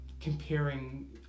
comparing